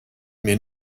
mir